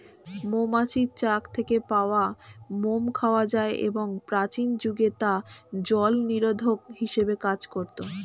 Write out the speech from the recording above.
মৌমাছির চাক থেকে পাওয়া মোম খাওয়া যায় এবং প্রাচীন যুগে তা জলনিরোধক হিসেবে কাজ করত